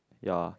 ya